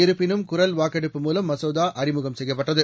இருப்பினும் குரல் வாக்கெடுப்பு மூலம் மசோதா அறிமுகம் செய்யப்பட்டது